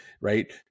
right